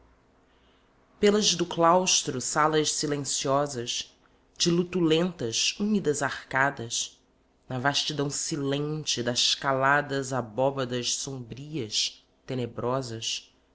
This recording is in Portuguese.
pelas do claustro salas silenciosas de lutulentas úmidas arcadas na vastidão silente das caladas abóbadas sombrias tenebrosas